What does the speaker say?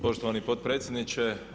Poštovani potpredsjedniče.